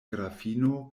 grafino